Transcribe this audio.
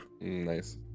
Nice